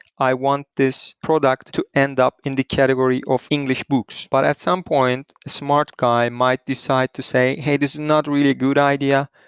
i want this product to end up in the category of english books. but at some point, a smart guy might decide to say, hey, this is not really a good idea.